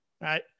right